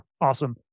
awesome